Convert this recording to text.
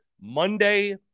Monday